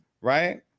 right